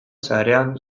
sarean